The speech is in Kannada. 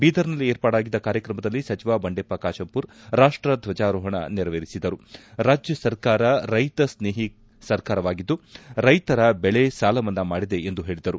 ಬೀದರ್ನಲ್ಲಿ ಏರ್ಪಾಡಾಗಿದ್ದ ಕಾರ್ಯಕ್ರಮದಲ್ಲಿ ಸಚಿವ ಬಂಡೆಪ್ಪ ಕಾಶಂಪೂರ್ ರಾಷ್ಟ ದ್ವಜಾರೋಪಣ ನೆರವೇರಿಸಿ ರಾಜ್ಯಸರ್ಕಾರ ರೈತ ಸ್ನೇಹಿ ಸರ್ಕಾರವಾಗಿದ್ದು ರೈತರ ಬೆಳೆ ಸಾಲ ಮನ್ನಾ ಮಾಡಿದೆ ಎಂದು ಹೇಳಿದರು